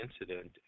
incident